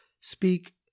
speak